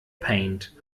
paint